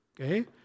okay